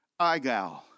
Igal